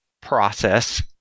process